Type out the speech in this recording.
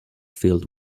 filled